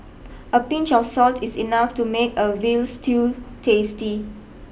a pinch of salt is enough to make a veal stew tasty